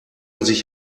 sich